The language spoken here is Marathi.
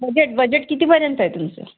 बजेट बजेट कितीपर्यंत आहे तुमचं